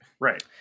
right